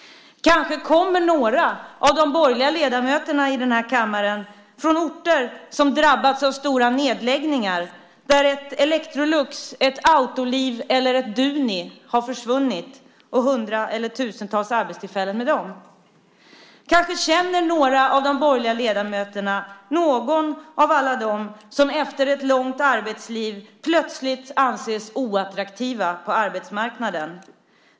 Kanske kommer några av de borgerliga ledamöterna i den här kammaren från orter som drabbats av stora nedläggningar, där ett Electrolux, ett Autoliv eller ett Duni har försvunnit och hundra eller tusentals arbetstillfällen med dem. Kanske känner några av de borgerliga ledamöterna någon av alla dem som efter ett långt arbetsliv plötsligt anses oattraktiva på arbetsmarknaden.